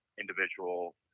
individual